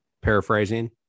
paraphrasing